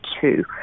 two